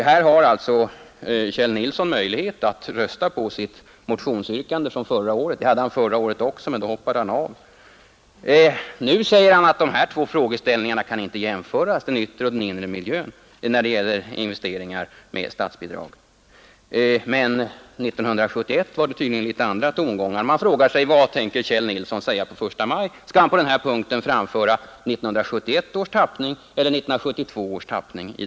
Nu har alltså Kjell Nilsson möjlighet att rösta på sitt motionsyrkande från förra året. Det hade han förra året också, men då hoppade han av. Nu säger han att dessa två frågeställningar, om den yttre och den inre miljön, inte kan jämställas när det gäller investeringar med statsbidrag. Men 1971 var det tydligen andra tongångar. Man frågade sig: Vad tänker Kjell Nilsson säga på första maj? Skall han på den här punkten framföra 1971 års eller 1972 års tappning?